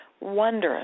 wondrous